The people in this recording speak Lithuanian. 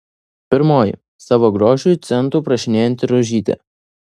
pirmoji savo grožiui centų prašinėjanti rožytė